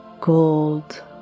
gold